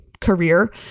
career